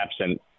absent